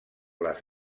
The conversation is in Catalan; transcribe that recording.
les